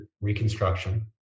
Reconstruction